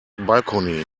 balcony